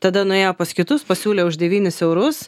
tada nuėjo pas kitus pasiūlė už devynis eurus